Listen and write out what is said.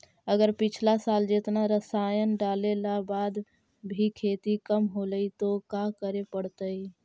अगर पिछला साल जेतना रासायन डालेला बाद भी खेती कम होलइ तो का करे पड़तई?